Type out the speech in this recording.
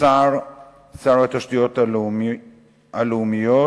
שר התשתיות הלאומיות